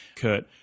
Kurt